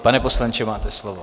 Pane poslanče, máte slovo.